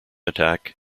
attack